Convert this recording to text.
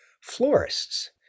florists